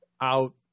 out